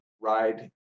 ride